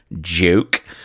joke